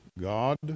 God